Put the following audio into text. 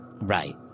Right